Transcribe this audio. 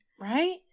Right